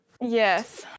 Yes